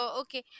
okay